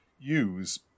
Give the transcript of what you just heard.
use